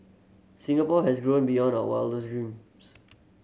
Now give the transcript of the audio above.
Singapore has grown beyond our wildest dreams